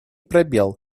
пробел